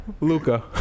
Luca